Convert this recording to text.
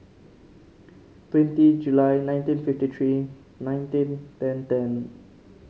twenty July nineteen fifty three nineteen ten ten